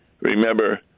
Remember